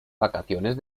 vacaciones